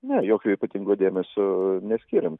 ne jokio ypatingo dėmesio neskyrėm